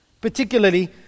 Particularly